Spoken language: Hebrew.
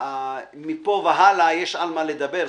מפה והלאה יש על מה לדבר.